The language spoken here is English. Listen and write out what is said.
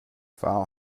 file